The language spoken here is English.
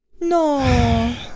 No